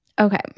Okay